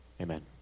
amen